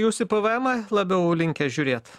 jūsų pvemą labiau linkęs žiūrėt